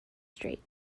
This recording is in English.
straight